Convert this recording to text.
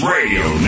Radio